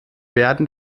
werden